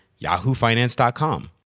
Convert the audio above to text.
yahoofinance.com